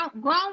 Grown